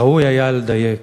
ראוי היה לדייק,